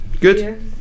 Good